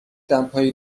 دمپایی